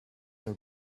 your